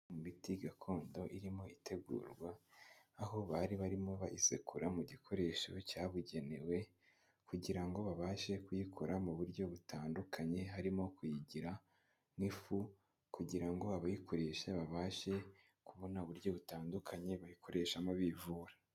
Imiti gakondo irimo itegurwa, aho bari barimo bayisekura mu gikoresho cyabugenewe kugira ngo babashe kuyikora mu buryo butandukanye, harimo kuyigira nk'ifu kugira ngo abayikoresha babashe kubona uburyo butandukanye bayikoreshamo bivura.